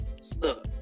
stuck